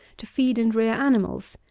to feed and rear animals,